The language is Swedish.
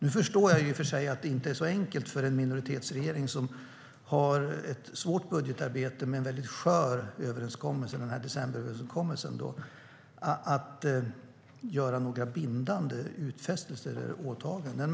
Nu förstår jag i och för sig att det inte är så enkelt för en minoritetsregering, som har ett svårt budgetarbete med en mycket skör överenskommelse i och med decemberöverenskommelsen, att göra några bindande utfästelser eller åtaganden.